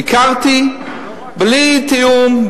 ביקרתי בלי תיאום,